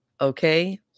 Okay